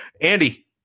Andy